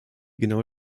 genau